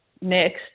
next